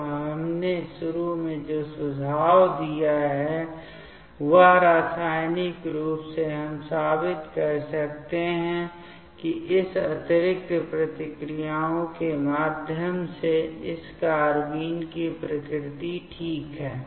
तो हमने शुरू में जो सुझाव दिया है वह रासायनिक रूप से हम साबित कर सकते हैं कि इस अतिरिक्त प्रतिक्रियाओं के माध्यम से इस कार्बाइन की प्रकृति ठीक है